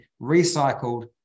recycled